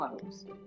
closed